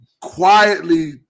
quietly